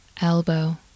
Elbow